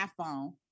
iPhone